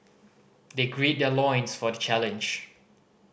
they gird their loins for the challenge